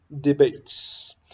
debates